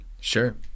Sure